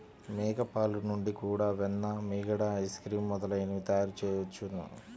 మేక పాలు నుండి కూడా వెన్న, మీగడ, ఐస్ క్రీమ్ మొదలైనవి తయారుచేయవచ్చును